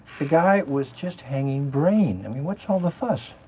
the guy was just hanging brain, i mean what's all the fuss?